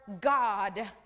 God